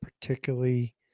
particularly